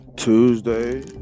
Tuesday